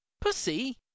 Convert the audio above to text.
Pussy